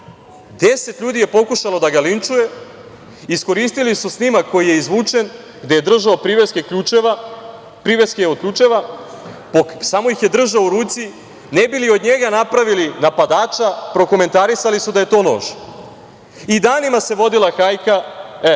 Deset ljudi je pokušalo da ga linčuje. Iskoristili su snimak koji je izvučen, gde je držao priveske od ključeva, samo ih je držao u ruci, ne bi li od njega napravili napadača, prokomentarisali su da je to nož. I danima se vodila hajka.